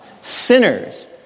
sinners